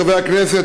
חברי הכנסת,